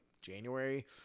January